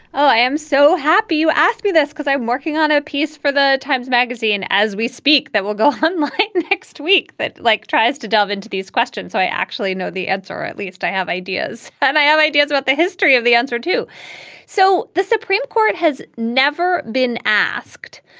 oh i am so happy you asked me this because i'm working on a piece for the times magazine as we speak that will go right like next week that like tries to delve into these questions so i actually know the answer or at least i have ideas and i have ideas about the history of the answer to so the supreme court has never been asked